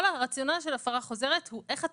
כל הרציונל של הפרה חוזרת הוא איך אתה